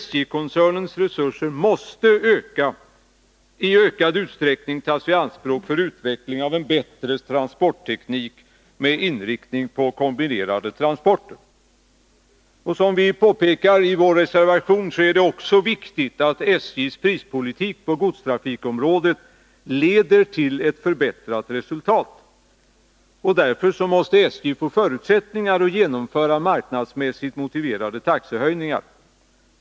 SJ-koncernens resurser måste i ökad utsträckning tas i anspråk för utveckling av en bättre transportteknik med inriktning på kombinerade transporter. Som vi påpekar i vår reservation är det också viktigt att SJ:s prispolitik på godstrafikområdet leder till ett förbättrat resultat. Därför måste SJ få förutsättningar att genomföra marknadsmässigt motiverade taxehöjningar.